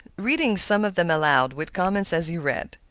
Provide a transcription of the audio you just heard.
reading some of them aloud, with comments as he read.